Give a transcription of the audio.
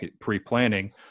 pre-planning